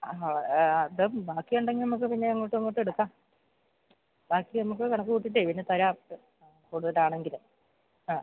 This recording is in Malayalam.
അത് ബാക്കിയുണ്ടെങ്കില് നമുക്ക് പിന്നെ അങ്ങോട്ടും ഇങ്ങോട്ടുമെടുക്കാം ബാക്കി നമുക്ക് കണക്ക് കൂട്ടിയിട്ട് പിന്നെ തരാം കൂടുതലാണെങ്കില് ആ